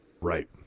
Right